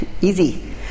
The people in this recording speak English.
Easy